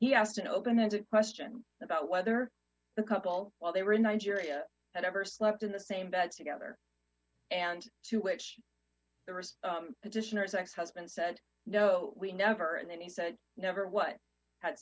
he asked an open ended question about whether the couple while they were in nigeria had ever slept in the same bed together and to which the wrist petitioner's ex husband said no we never and then he said never what had